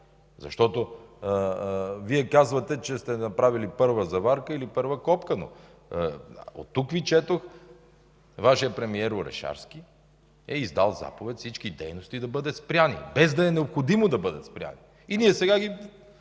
Вие казвате, че сте направили първа заварка или първа копка. Но тук Ви четох, че Вашият премиер Орешарски е издал заповед всички дейности да бъдат спрени, без да е необходимо да бъдат спрени. Ние сега ги